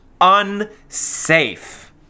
unsafe